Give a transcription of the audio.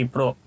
Pro